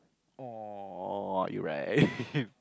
!aww! you right